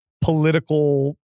political